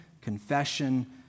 confession